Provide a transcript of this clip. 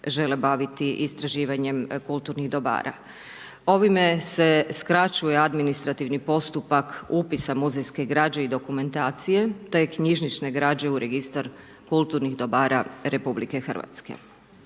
žele baviti istraživanjem kulturnih dobara. Ovime se skraćuje administrativni postupak upisa muzejske građe i dokumentacije, te knjižnične građe u registar kulturnih dobara RH. Bilo je